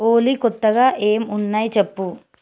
ఓలి కొత్తగా ఏం ఉన్నాయి చెప్పు